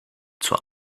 zur